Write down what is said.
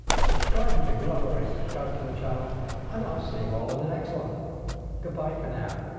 subscribe if you've not already subscribe to the channel and i'll see you all in the next one goodbye for now